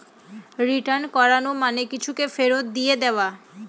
return করানো মানে কিছুকে ফেরত দিয়ে দেওয়া